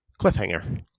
Cliffhanger